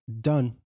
Done